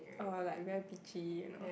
uh like very bitchy you know